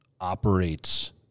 operates